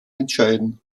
entscheiden